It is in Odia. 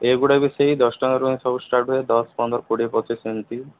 ଏଇଗୁଡ଼ା ବି ସେଇ ଦଶ ଟଙ୍କାରୁ ହିଁ ସବୁ ଷ୍ଟାର୍ଟ ହୁଏ ଦଶ ପନ୍ଦର କୋଡ଼ିଏ ପଚିଶି ଏମିତି